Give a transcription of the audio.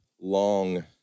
long